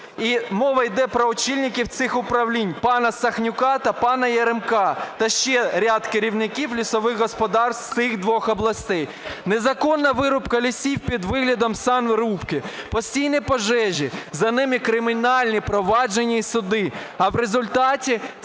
мова йде про очільників цих управлінь пана Сахнюка та пана Яремка та ряд керівників лісових господарств цих двох областей: незаконна вирубка лісів під виглядом санрубки, постійні пожежі, за ними кримінальні провадження і суди, а в результаті